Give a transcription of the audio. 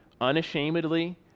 unashamedly